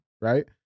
right